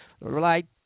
right